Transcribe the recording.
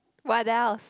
what else